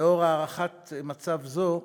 לאור הערכת מצב זו,